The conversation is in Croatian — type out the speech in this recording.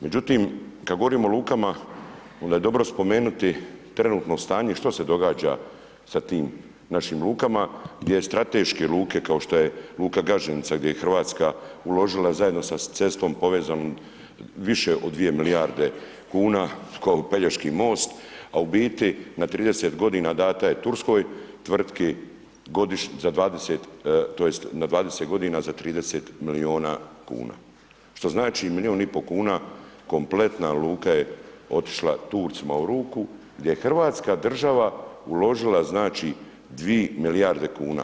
Međutim kad govorimo o lukama, onda je dobro spomenuti trenutno stanje što se događa sa tim našim lukama gdje strateške luke kao što je luka Gaženica gdje je Hrvatska uložila zajedno sa cestom povezanom više od 2 milijarde kuna, ... Pelješki most a u biti na 30 g. dana je turskoj tvrtki za 20, tj. na 20 g. za 30 milijuna kuna što znači milijun i pol kuna kompletna luka je otišla Turcima u ruku gdje je hrvatska država uložila znači 2 milijarde kuna.